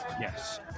Yes